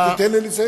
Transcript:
לא, תיתן לי לסיים.